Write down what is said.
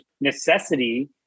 necessity